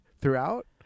throughout